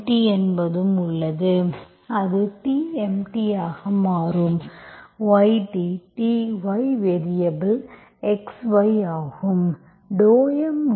tMt என்பதும் உள்ளது அது tMt ஆக மாறும் yt t y variable x y ஆகும்